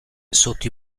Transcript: sotto